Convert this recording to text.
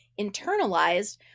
internalized